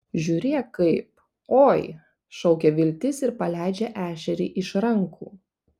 žiūrėk kaip oi šaukia viltis ir paleidžia ešerį iš rankų